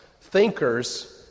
thinkers